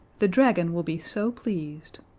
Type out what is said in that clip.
the dragon will be so pleased.